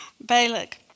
Balak